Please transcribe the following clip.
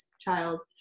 child